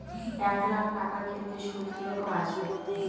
এক লাখ টাকার ক্ষেত্রে সুদ কি রকম আসবে?